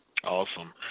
Awesome